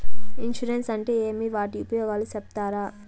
Insurance అంటే ఏమి? వాటి ఉపయోగాలు సెప్తారా?